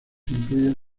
incluyen